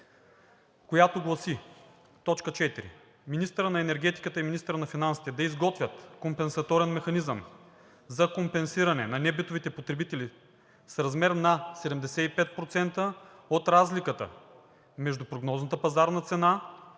която гласи: „Министърът на енергетиката и министърът на финансите да изготвят компенсаторен механизъм за компенсиране на небитовите потребители с размер на 75% от разликата между прогнозната пазарна цена,